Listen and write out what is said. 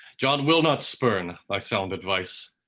john will not spurn like sound advice.